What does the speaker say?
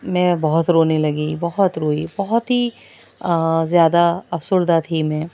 میں بہت رونے لگی بہت روئی بہت ہی زیادہ افسردہ تھی میں